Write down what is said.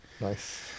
Nice